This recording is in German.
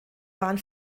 waren